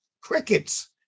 crickets